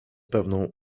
pewną